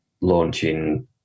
launching